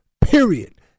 period